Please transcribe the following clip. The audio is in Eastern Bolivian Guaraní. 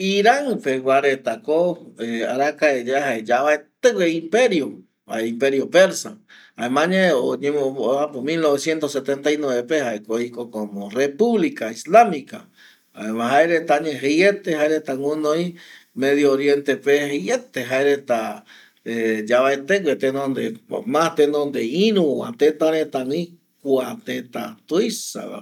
Iran pegua reta ko arakae yae jae yavaete gue imperio kua imperio persa jaema añae mil noveciento setentai nueve pe jae oiko como republica islamica jaema jae reta añae jeiete jaereta guɨnoi medio oriente pe jeiete jae reta yavaete gue tenonde, ma tenonde iru va teta reta gui kua teta tuisa va